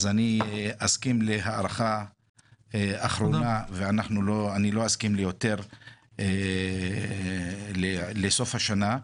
אסכים להארכה אחרונה ולא אסכים ליותר לסוף השנה.